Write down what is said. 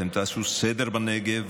תעשו סדר בנגב,